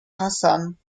hassan